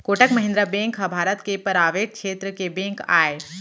Kotak Mahindra bank ह भारत के private छेत्र के बेंक आय